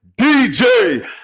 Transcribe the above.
DJ